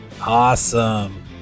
Awesome